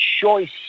choice